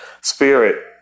Spirit